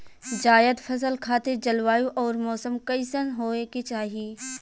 जायद फसल खातिर जलवायु अउर मौसम कइसन होवे के चाही?